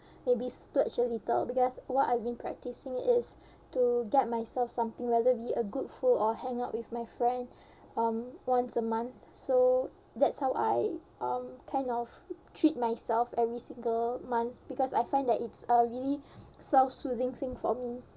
maybe splurge a little because what I've been practicing is to get myself something whether be it a good food or hang out with my friend um once a month so that's how I um kind of treat myself every single month because I find that it's uh really self-soothing thing for me